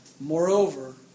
Moreover